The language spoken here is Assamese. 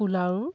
পোলাও